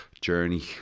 journey